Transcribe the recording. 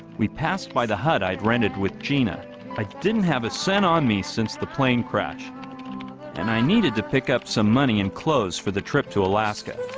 we passed by the hut i'd rented with gina i didn't have a sin on me since the plane crash and i needed to pick up some money and clothes for the trip to alaska